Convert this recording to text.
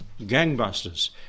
gangbusters